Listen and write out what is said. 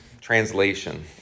translation